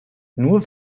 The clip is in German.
nur